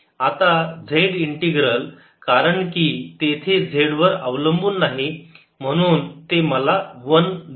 आता z integral कारण की तेथे z वर अवलंबून नाही म्हणून ते मला 1 देते